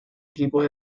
equipos